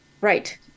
Right